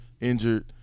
injured